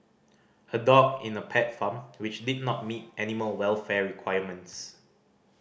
a dog in a pet farm which did not meet animal welfare requirements